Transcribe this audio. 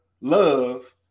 Love